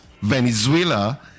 venezuela